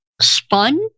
spun